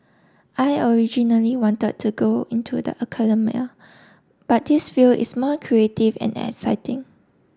I originally wanted to go into the academia but this field is more creative and exciting